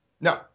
No